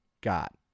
Got